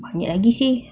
banyak lagi seh